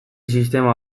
sistema